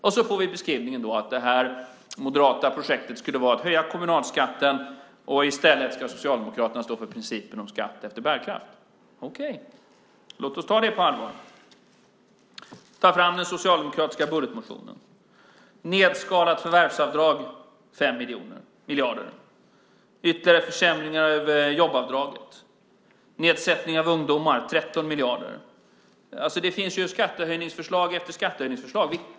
Vi får beskrivningen att det moderata projektet skulle vara att höja kommunalskatten och i stället ska Socialdemokraterna stå för principen om skatt efter bärkraft. Okej. Låt oss ta det på allvar! Vi tar fram den socialdemokratiska budgetmotionen: nedskalat förvärvsavdrag 5 miljarder, ytterligare försämringar av jobbavdraget, nedsättning för ungdomar - 13 miljarder. Det finns skattehöjningsförslag efter skattehöjningsförslag.